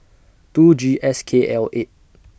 two G S K L eight